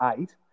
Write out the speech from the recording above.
eight